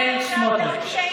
בצלאל סמוטריץ'.